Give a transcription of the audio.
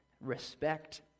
respect